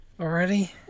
Already